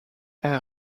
elle